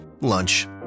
lunch